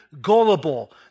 gullible